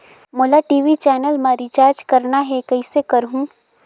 मोला TV channel मा recharge करना हे, कइसे करहुँ?